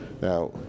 Now